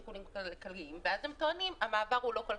שיקולים כלכליים ואז הם טוענים שהמעבר לא כלכלי.